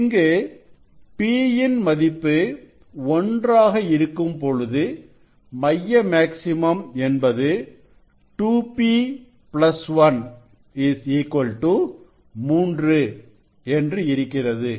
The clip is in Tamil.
இங்கு p யின் மதிப்பு ஒன்றாக இருக்கும்பொழுது மைய மேக்ஸிமம் என்பது 2p 1 3 என்று இருக்கிறது